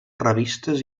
revistes